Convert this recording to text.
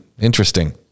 interesting